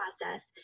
process